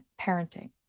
parenting